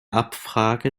abfrage